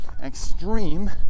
extreme